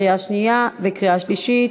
קריאה שנייה וקריאה שלישית.